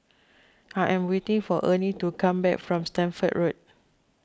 I am waiting for Ernie to come back from Stamford Road